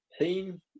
team